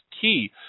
key